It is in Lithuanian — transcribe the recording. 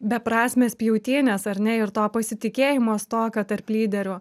beprasmes pjautynes ar ne ir to pasitikėjimo stoką tarp lyderių